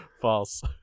false